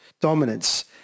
dominance